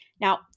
Now